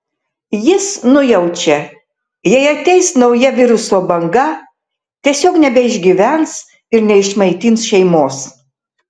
jis nujaučia jei ateis nauja viruso banga tiesiog nebeišgyvens ir neišmaitins šeimos